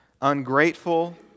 ungrateful